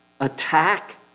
attack